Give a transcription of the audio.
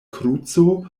kruco